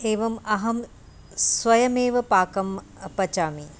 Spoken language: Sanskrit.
एवम् अहं स्वयमेव पाकं पचामि